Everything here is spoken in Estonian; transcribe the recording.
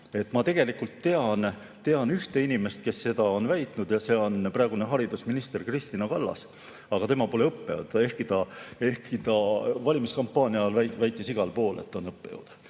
Ma tegelikult tean ühte inimest, kes seda on väitnud, ja see on praegune haridusminister Kristina Kallas. Aga tema pole õppejõud, ehkki ta valimiskampaania ajal väitis igal pool, et ta on.